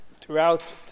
throughout